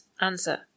answer